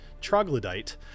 troglodyte